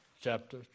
chapter